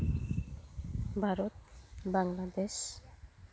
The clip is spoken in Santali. ᱵᱷᱟᱨᱚᱛ ᱵᱟᱝᱞᱟᱫᱮᱥ